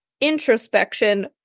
introspection